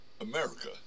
America